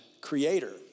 creator